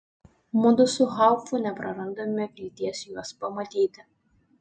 mudu su haufu neprarandame vilties juos pamatyti